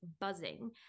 buzzing